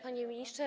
Panie Ministrze!